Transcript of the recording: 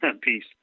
Peace